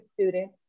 student